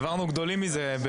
העברנו גדולים מזה.